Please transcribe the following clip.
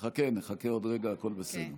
בזכותנו עליה,